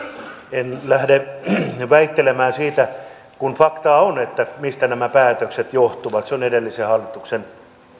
en lähde väittelemään siitä kun faktaa on mistä nämä päätökset johtuvat ne ovat edellisen hallituksen